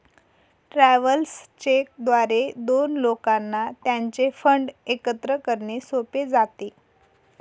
travellers cheque द्वारे दोन लोकांना त्यांचे फंड एकत्र करणे सोपे जाते